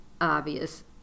obvious